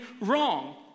wrong